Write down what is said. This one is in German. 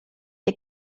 ihr